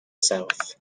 south